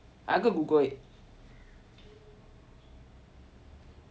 I'll go and Google it